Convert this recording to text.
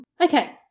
Okay